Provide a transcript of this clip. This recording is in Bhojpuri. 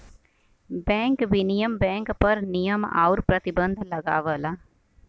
बैंक विनियमन बैंक पर नियम आउर प्रतिबंध लगावला